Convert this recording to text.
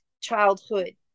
childhood